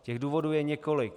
Těch důvodů je několik.